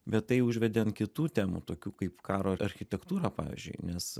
bet tai užvedė ant kitų temų tokių kaip karo architektūra pavyzdžiui nes